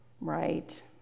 right